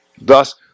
Thus